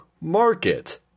Market